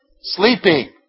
Sleeping